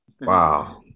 Wow